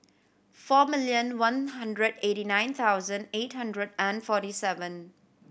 four millon one hundred eighty nine thousand eight hundred and forty seven